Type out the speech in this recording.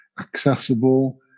accessible